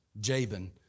Jabin